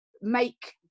make